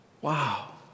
Wow